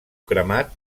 cremat